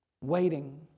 waiting